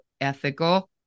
ethical